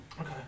Okay